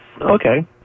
okay